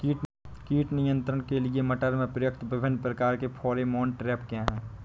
कीट नियंत्रण के लिए मटर में प्रयुक्त विभिन्न प्रकार के फेरोमोन ट्रैप क्या है?